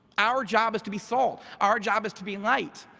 our job is to be salt. our job is to be light.